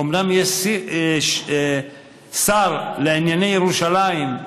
אומנם יש שר לענייני ירושלים,